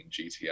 GTI